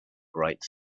bright